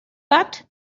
but